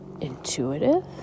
intuitive